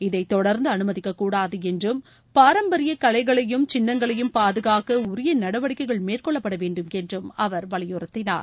இதை தொடர்ந்து அனுமதிக்க கூடாது என்றும் பாரம்பரிய கலைகளையும் சின்னங்களையும் பாதுகாக்க உரிய நடவடிக்கைகள் மேற்கொள்ளப்பட வேண்டும் என்றும் அவர் வலியுறுத்தினார்